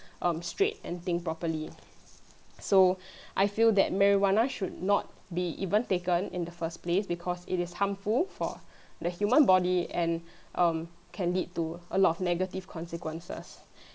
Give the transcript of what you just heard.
um straight and think properly so I feel that marijuana should not be even taken in the first place because it is harmful for the human body and um can lead to a lot of negative consequences